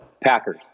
packers